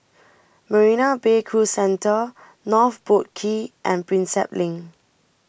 Marina Bay Cruise Centre North Boat Quay and Prinsep Link